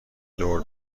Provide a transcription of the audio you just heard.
دور